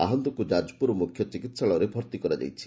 ଆହତଙ୍ଙୁ ଯାଜପୁର ମୁଖ୍ୟ ଚିକିହାଳୟରେ ଭର୍ତ୍ତି କରାଯାଇଛି